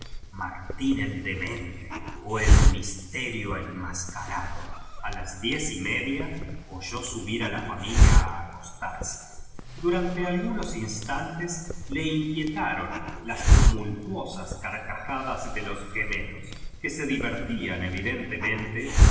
papel de martín el dementq o el misterio enmascarado a las dice y media oyó subir a la familia a acostarse durante algunos instantes le inquietaron las tumultuosas carca judas de los gemelos que se divertían evidentemente